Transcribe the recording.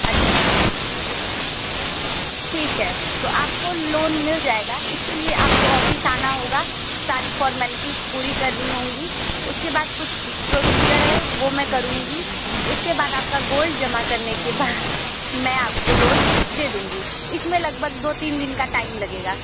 अच्छा ठीक है तो आपको लोन मिल जाएगा इसके लिए आपको ऑफिस आना होगा सारी फॉर्मेलिटीस पूरी करनी होगी उसके बाद कुछ प्रोसीजर है वो मैं करूँगी उसके बाद आपका गोल्ड जमा करने के बाद मैं आपको लोन दे दूँगी इस में लगभग दो तीन दिन का टाइम लगेगा